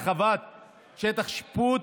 הרחבת שטח השיפוט